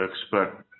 expect